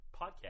podcast